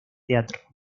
teatro